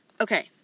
Okay